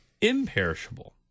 imperishable